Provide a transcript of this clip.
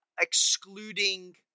excluding